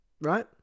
Right